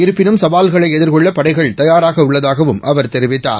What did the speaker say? இருப்பினும் சவால்களை எதிர்கொள்ள படைகள் தயாராக உள்ளதாகவும் அவர் தெரிவித்தார்